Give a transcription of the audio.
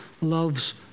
loves